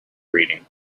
reading